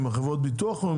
עם חברות הביטוח?